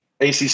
ACC